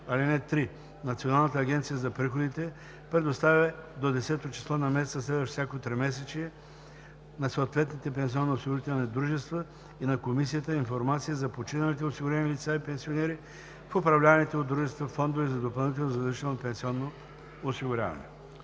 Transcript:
лица. (3) Националната агенция за приходите предоставя до 10-о число на месеца, следващ всяко тримесечие, на съответните пенсионноосигурителни дружества и на комисията информация за починалите осигурени лица и пенсионери в управляваните от дружествата фондове за допълнително задължително пенсионно осигуряване.“